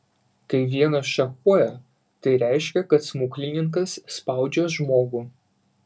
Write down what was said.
kai vienas šachuoja tai reiškia kad smuklininkas spaudžia žmogų